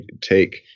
take